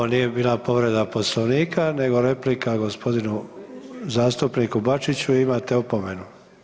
Ovo nije bila povreda Poslovnika nego replika gospodinu zastupniku Bačiću i imate opomenu.